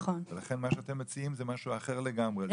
לכן מה שאתם מציעים זה משהו אחר לגמרי.